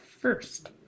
first